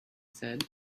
said